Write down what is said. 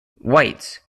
whites